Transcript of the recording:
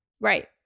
Right